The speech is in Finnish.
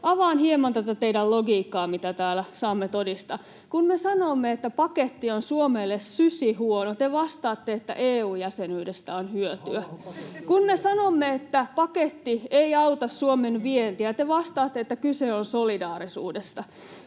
Avaan hieman tätä teidän logiikkaanne, mitä täällä saamme todistaa: Kun me sanomme, että paketti on Suomelle sysihuono, te vastaatte, että EU-jäsenyydestä on hyötyä. Kun me sanomme, että paketti ei auta Suomen vientiä, te vastaatte, että kyse on solidaarisuudesta.